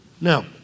Now